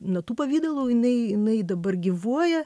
natų pavidalu jinai jinai dabar gyvuoja